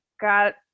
got